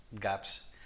gaps